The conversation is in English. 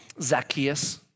Zacchaeus